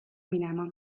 minema